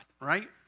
right